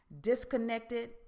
disconnected